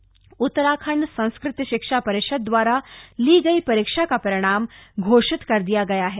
परीक्षा परिणाम उत्तराखंड संस्कृत शिक्षा परिषद दवारा ली गई परीक्षा का परिणाम घोषित कर दिया गया है